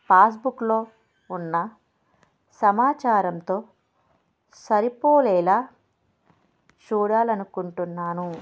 పాస్బుక్లో ఉన్న సమాచారంతో సరిపోలేలా చూడాలి అనుకుంటున్నాను